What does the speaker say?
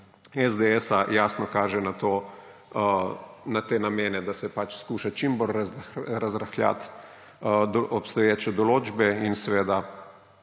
SDS, jasno kažejo na te namene, da se skuša čim bolj razrahljati obstoječe določbe in seveda